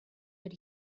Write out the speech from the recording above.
but